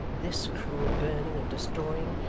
this cruel burning and destroying,